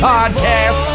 Podcast